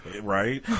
right